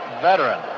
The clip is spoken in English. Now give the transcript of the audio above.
veteran